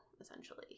essentially